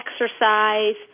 exercise